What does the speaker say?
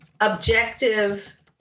objective